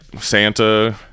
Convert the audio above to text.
santa